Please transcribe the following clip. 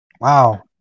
Wow